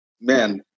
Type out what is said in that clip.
man